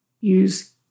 use